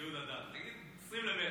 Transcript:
י' באדר, תגיד 20 במרץ.